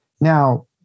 Now